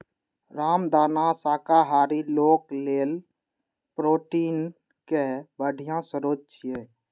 रामदाना शाकाहारी लोक लेल प्रोटीनक बढ़िया स्रोत छियै